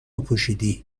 پوشیدی